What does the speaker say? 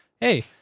hey